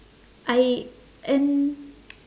I and